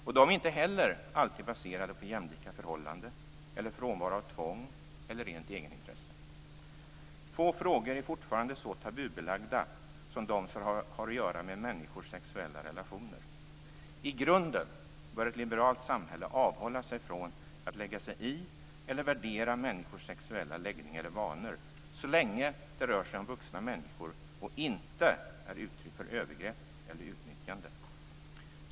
Och de är inte heller alltid baserade på jämlika förhållanden, frånvaro av tvång eller rent egenintresse. Få frågor är fortfarande så tabubelagda som de som har att göra med människors sexuella relationer. I grunden bör ett liberalt samhälle avhålla sig från att lägga sig i eller värdera människors sexuella läggning eller vanor, så länge det rör sig om vuxna människor och inte är uttryck för övergrepp eller utnyttjande.